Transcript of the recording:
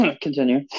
Continue